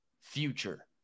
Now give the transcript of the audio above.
future